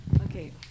Okay